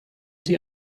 sie